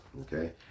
Okay